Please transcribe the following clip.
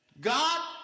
God